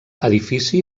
edifici